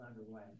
underway